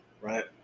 right